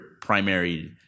primary